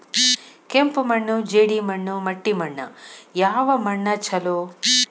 ಕೆಂಪು ಮಣ್ಣು, ಜೇಡಿ ಮಣ್ಣು, ಮಟ್ಟಿ ಮಣ್ಣ ಯಾವ ಮಣ್ಣ ಛಲೋ?